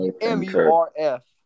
M-U-R-F